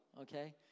okay